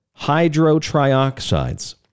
Hydrotrioxides